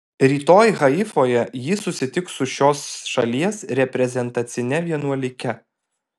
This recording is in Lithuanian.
rytoj haifoje ji susitiks su šios šalies reprezentacine vienuolike